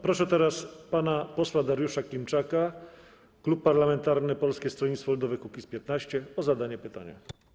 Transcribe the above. Proszę teraz pana posła Dariusza Klimczaka, klub parlamentarny Polskie Stronnictwo Ludowe - Kukiz15, o zadanie pytania.